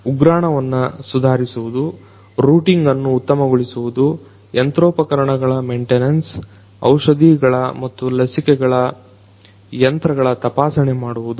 ಉಗ್ರಾಣವನ್ನ ಸುಧಾರಿಸುವುದು ರೂಟಿಂಗ್ಅನ್ನು ಉತ್ತಮಗೊಳಿಸುವುದು ಯಂತ್ರೋಪಕರಣಗಳ ಮೆಂಟೆನನ್ಸ್ ಔಷಧಿಗಳ ಮತ್ತು ಲಸಿಕೆಗಳ ಯಂತ್ರಗಳ ತಪಾಸಣೆ ಮಾಡುವುದು